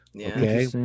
Okay